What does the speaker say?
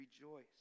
Rejoice